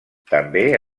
també